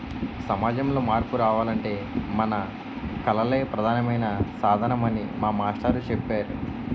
సమాజంలో మార్పు రావాలంటే మన కళలే ప్రధానమైన సాధనమని మా మాస్టారు చెప్పేరు